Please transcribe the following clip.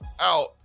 out